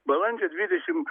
balandžio dvidešim